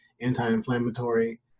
anti-inflammatory